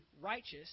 righteous